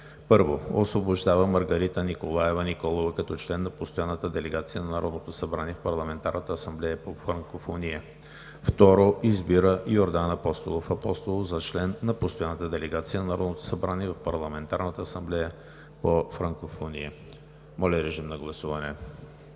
1. Освобождава Маргарита Николаева Николова като член на Постоянната делегация на Народното събрание в Парламентарната асамблея по франкофония. 2. Избира Йордан Апостолов Апостолов за член на Постоянната делегация на Народното събрание в Парламентарната асамблея по франкофония.“ Моля, режим на гласуване.